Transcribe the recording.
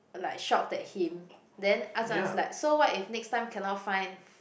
like shocked at him then Ah-Chong is like so what if next time cannot find